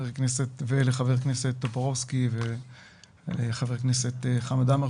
ולחבר הכנסת טופורובסקי וח"כ חמד עמאר